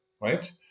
right